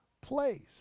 place